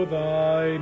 thy